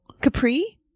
Capri